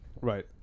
Right